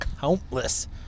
countless